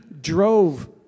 drove